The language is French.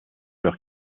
leur